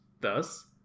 Thus